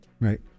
Right